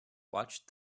watch